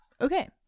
okay